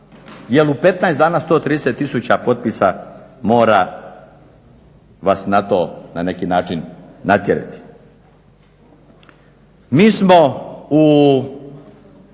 Jer u 15 dana 130 tisuća potpisa mora vas na to na neki način natjerati. Mi smo u